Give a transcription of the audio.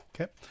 Okay